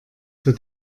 für